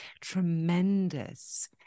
tremendous